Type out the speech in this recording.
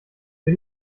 für